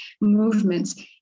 movements